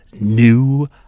new